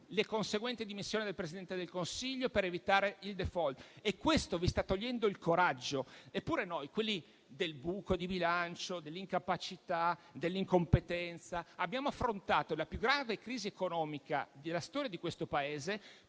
le conseguenti dimissioni del Presidente del Consiglio per evitare il *default*, e questo vi sta togliendo il coraggio. Eppure noi, quelli del buco di bilancio, dell'incapacità, dell'incompetenza abbiamo affrontato la più grave crisi economica della storia di questo Paese,